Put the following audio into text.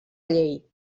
llei